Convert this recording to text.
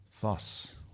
Thus